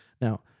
Now